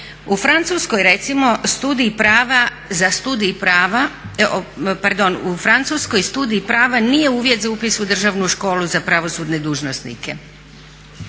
u Francuskoj studij prava nije uvjet za upis u državnu školu za pravosudne dužnosnike.